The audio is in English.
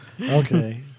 Okay